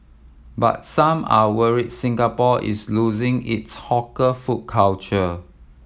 but some are worried Singapore is losing its hawker food culture